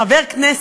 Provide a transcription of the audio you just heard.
חבר כנסת,